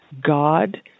God